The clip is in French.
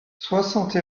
soixante